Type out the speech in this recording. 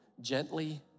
gently